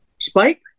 spike